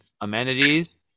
amenities